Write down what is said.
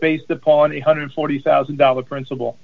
based upon a one hundred and forty thousand dollars principal